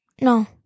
No